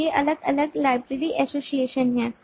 तो ये अलग अलग binary एसोसिएशन हैं